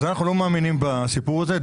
אם כן, אנחנו לא מאמינים בסיפור הזה.